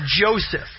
Joseph